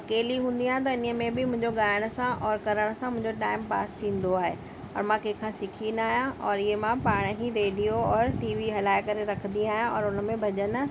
अकेली हूंदी हा त इन ई में बि मुंहिंजो गाइण सां और करण सां मुंहिंजो टाइम पास थींदो आहे और मां कंहिं यखां सिखी न आहियां और ईअं मां पाण ई रेडियो और टीवी हलाइ करे रखदी आहियां और उनमें भॼन